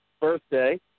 birthday